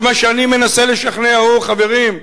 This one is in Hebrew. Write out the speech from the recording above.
מה שאני מנסה לשכנע הוא: חברים,